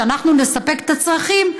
שאנחנו נספק את הצרכים,